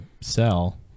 sell